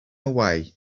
away